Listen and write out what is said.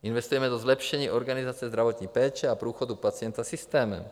Investujeme do zlepšení organizace zdravotní péče a průchodu pacienta systémem.